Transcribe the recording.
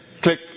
click